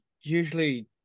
usually